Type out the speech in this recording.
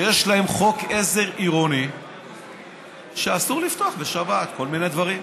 שיש בהן חוק עזר עירוני שאסור לפתוח בשבת כל מיני דברים,